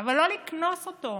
אבל לא לקנוס אותו,